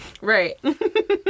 Right